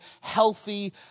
healthy